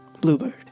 bluebird